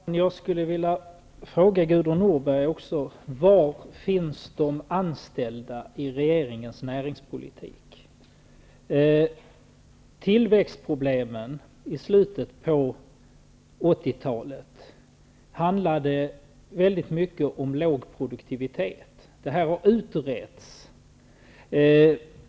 Herr talman! Jag skulle vilja fråga Gudrun Norberg: Var finns de anställda i regeringens näringspolitik? Tillväxtproblemen i slutet av 80-talet handlade väldigt mycket om låg produktivitet. Det har utretts.